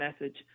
message